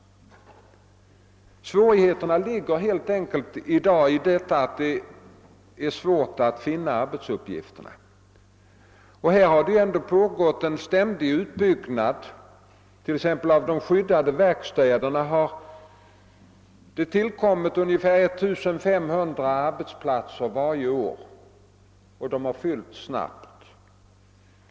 Svårigheterna ligger i dag helt enkelt i att finna arbetsuppgifterna. Ändå har det pågått en ständig utbyggnad på detta område. På de skyddade verkstäderna har det exempelvis tillkommit ungefär 1500 arbetsplatser varje år, och de har fyllts snabbt.